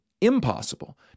impossible